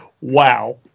Wow